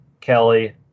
Kelly